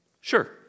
Sure